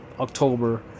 October